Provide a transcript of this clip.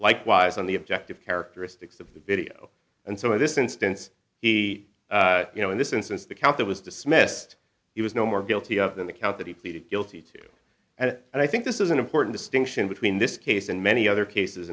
likewise on the objective characteristics of the video and so in this instance he you know in this instance the count that was dismissed he was no more guilty of than the count that he pleaded guilty to at and i think this is an important distinction between this case and many other cases